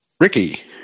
Ricky